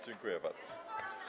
Dziękuję bardzo.